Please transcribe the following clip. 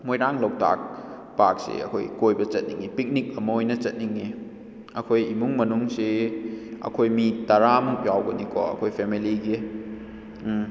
ꯃꯣꯏꯔꯥꯡ ꯂꯣꯛꯇꯥꯛ ꯄꯥꯠꯁꯦ ꯑꯩꯈꯣꯏ ꯀꯣꯏꯕ ꯆꯠꯅꯤꯡꯉꯦ ꯄꯤꯛꯅꯤꯛ ꯑꯃ ꯑꯣꯏꯅ ꯆꯠꯅꯤꯡꯉꯦ ꯑꯩꯈꯣꯏ ꯏꯃꯨꯡ ꯃꯅꯨꯡꯁꯦ ꯑꯩꯈꯣꯏ ꯃꯤ ꯇꯔꯥꯃꯨꯛ ꯌꯥꯎꯒꯅꯤꯀꯣ ꯑꯩꯈꯣꯏ ꯐꯦꯃꯤꯂꯤꯒꯤ